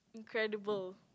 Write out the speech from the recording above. incredible